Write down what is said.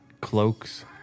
cloaks